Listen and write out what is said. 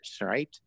right